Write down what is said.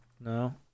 No